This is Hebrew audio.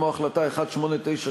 כמו החלטה 1897,